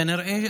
כנראה,